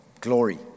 glory